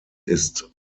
ist